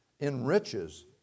enriches